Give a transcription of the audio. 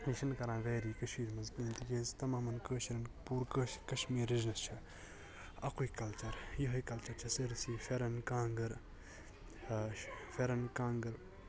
یہِ چھِ نہٕ کَران ویری کٔشیٖر مَنٛز کِہیٖنٛۍ ییٚلہِ استعمال کٲشریٚن پوٗرٕ کٲش کَشمیر رِجنَس چھُ اَکُے کَلچَر یِہےَ کَلچَر چھ سٲرسٕے فیٚرَن کانٛگٕر آ فیٚرَن کانٛگر